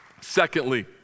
Secondly